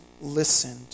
listened